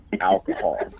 alcohol